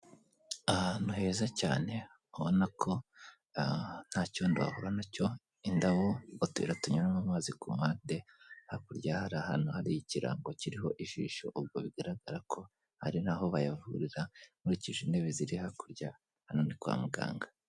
Ahantu heza cyane ubona ko aha ntacyondo wahura nacyo indabo utuyira tunyuramo amazi ku ruhande, hakurya hari ahantu hari ikirango kiriho ijisho ubwo bigaragara ko ari naho bayavurira nkurikije intebe ziri hakurya hano ni kwa muganga.